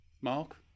Mark